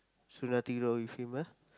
so nothing wrong with him ah